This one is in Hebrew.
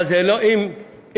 אבל אם תצפו